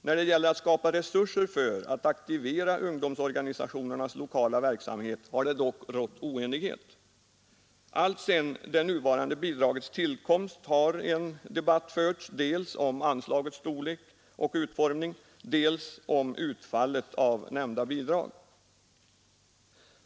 När det gäller att skapa resurser för att aktivera ungdomsorganisationernas lokala verksamhet har det dock rått oenighet. Alltsedan det nuvarande bidragets tillkomst har en debatt förts dels om anslagets storlek och utformning, dels om utfallet av nämnda bidrag.